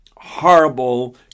horrible